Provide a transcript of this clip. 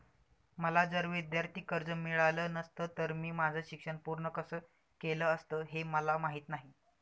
मला जर विद्यार्थी कर्ज मिळालं नसतं तर मी माझं शिक्षण पूर्ण कसं केलं असतं, हे मला माहीत नाही